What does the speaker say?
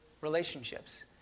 relationships